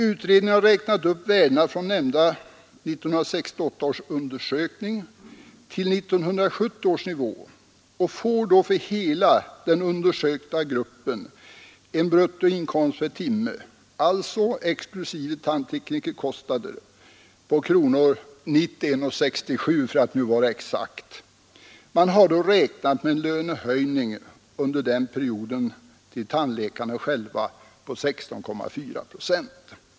Utredningen har räknat upp värdena från nämnda 1968 års undersökning till 1970 års nivå och får då för hela den undersökta gruppen en bruttoinkomst per timme, alltså exklusive tandteknikerkostnader, på kronor 91:67 för att vara exakt. Man har då räknat med en lönehöjning under den perioden till tandläkarna själva på 16,4 procent.